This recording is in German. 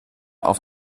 auf